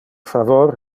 favor